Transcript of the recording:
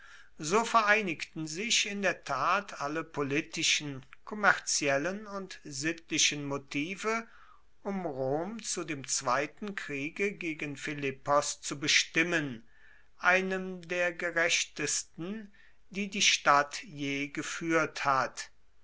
so vereinigten sich in der tat alle politischen kommerziellen und sittlichen motive um rom zu dem zweiten kriege gegen philippos zu bestimmen einem der gerechtesten die die stadt je gefuehrt hat